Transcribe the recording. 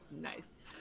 Nice